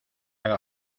haga